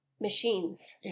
machines